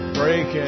break